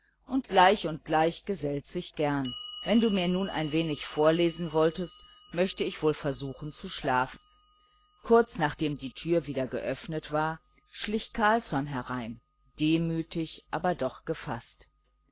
und gleich und gleich gesellt sich gern wenn du mir nun ein wenig vorlesen wolltest möchte ich wohl versuchen zu schlafen kurz nachdem die tür wieder geöffnet war schlich carlsson herein demütig aber doch gefaßt